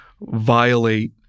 violate